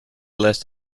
less